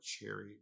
cherry